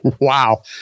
Wow